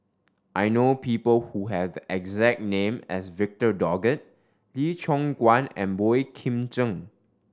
I know people who have the exact name as Victor Doggett Lee Choon Guan and Boey Kim Cheng